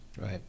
Right